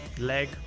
leg